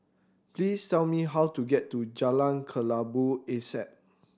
please tell me how to get to Jalan Kelabu Asap